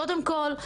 קודם כל,